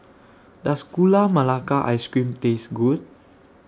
Does Gula Melaka Ice Cream Taste Good